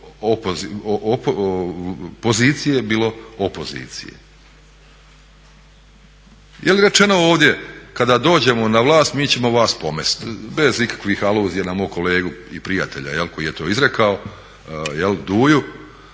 pozicije, bilo opozicije. Je li rečeno ovdje kada dođemo na vlast mi ćemo vas pomest, bez ikakvih aluzija na mog kolegu i prijatelja koji je to izrekao, Duju,